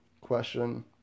question